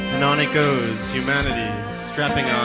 and on it goes. humanity strapping on